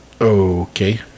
Okay